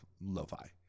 lo-fi